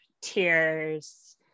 tears